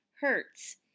hertz